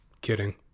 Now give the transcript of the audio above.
kidding